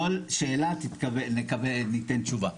כל שאלה ניתן תשובה.